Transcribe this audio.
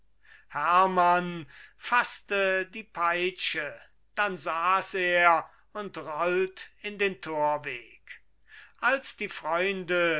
hermann faßte die peitsche dann saß er und rollt in den torweg als die freunde